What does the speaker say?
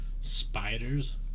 Spiders